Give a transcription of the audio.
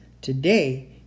Today